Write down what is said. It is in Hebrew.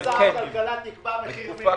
משרד הכלכלה יקבע מחיר מינימום.